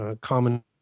common